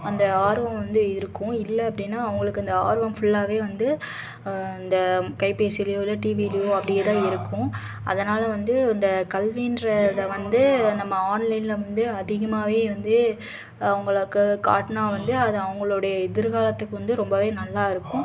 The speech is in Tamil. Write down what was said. அந்த ஆர்வம் வந்து இருக்கும் இல்லை அப்படின்னா அவங்களுக்கு அந்த ஆர்வம் ஃபுல்லாகவே வந்து இந்த கைபேசியிலையோ இல்லை டிவியிலையோ அப்படியே தான் இருக்கும் அதனால் வந்து இந்த கல்வின்ற இதை வந்து நம்ம ஆன்லைன்ல வந்து அதிகமாகவே வந்து அவங்களுக்கு காட்டினா வந்து அது அவங்களுடைய எதிர்காலத்துக்கு வந்து ரொம்பவே நல்லா இருக்கும்